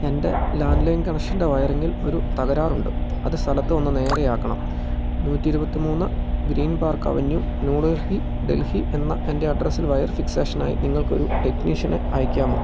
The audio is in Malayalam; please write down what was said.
എൻ്റെ ലാൻഡ് ലൈൻ കണക്ഷൻ്റെ വയറിംഗിൽ ഒരു തകരാറുണ്ട് അത് സ്ഥലത്തു വന്ന് നേരെയാക്കണം നൂറ്റി ഇരുപത്തി മൂന്ന് ഗ്രീൻ പാർക്കവന്യൂ ന്യൂഡൽഹി ഡൽഹി എന്ന എൻ്റെ അഡ്രസ്സിൽ വയർ ഫിക്സേഷനായി നിങ്ങൾക്കൊരു ടെക്നീഷ്യനെ അയക്കാമോ